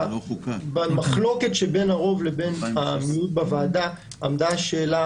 במחלוקת שבין הרוב למיעוט בוועדה עמדה השאלה